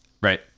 Right